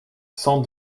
cent